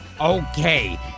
Okay